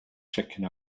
checking